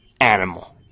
animal